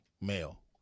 male